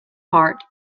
part